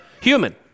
human